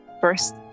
first